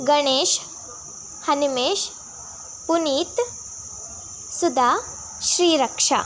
Ganesh Hanimesh Puneeth Sudha Shriraksha